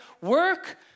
Work